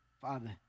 Father